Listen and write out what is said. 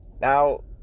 Now